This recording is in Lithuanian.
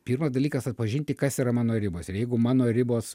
pirmas dalykas atpažinti kas yra mano ribos ir jeigu mano ribos